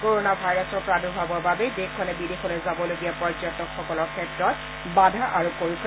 corona ভাইৰাছৰ প্ৰাদুৰ্ভাৱৰ বাবে দেশখনে বিদেশলৈ যাবলগীয়া পৰ্যটকসকলৰ ক্ষেত্ৰত বাধা আৰোপ কৰিছে